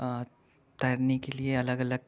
तैरने के लिए अलग अलग